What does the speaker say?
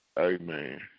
Amen